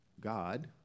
God